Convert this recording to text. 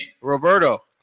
roberto